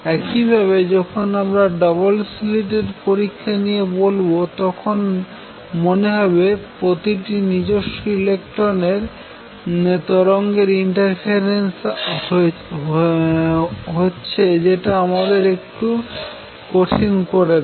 একইভাবে যখন আমরা ডবল স্লিট এর পরীক্ষা নিয়ে বলবো তখন মনে হবে প্রতিটি নিজস্ব ইলেকট্রনের তরঙ্গের ইন্টারফেরেন্স হছে যেটা আমাদের একটু কঠিন করে দেয়